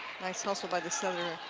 nice hustle by the setter.